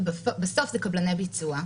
בסוף אלו קבלני ביצוע.